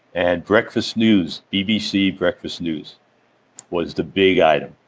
and breakfast news, bbc breakfast news was the big item.